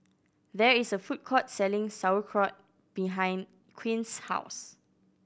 there is a food court selling Sauerkraut behind Quinn's house